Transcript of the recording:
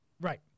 Right